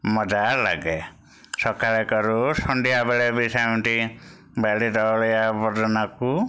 ମଜା ଲାଗେ ସକାଳେ କରୁ ସଂଧ୍ୟାବେଳେ ବି ସେମିତି ବାଡ଼ିର ଅଳିଆ ଆବର୍ଜନାକୁ